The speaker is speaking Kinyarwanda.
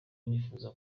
nifuza